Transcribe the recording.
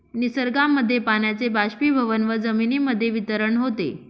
निसर्गामध्ये पाण्याचे बाष्पीभवन व जमिनीमध्ये वितरण होते